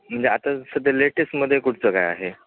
म्हणजे आता सध्या लेटेस्टमध्ये कुठचं काय आहे